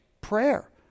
prayer